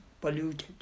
polluted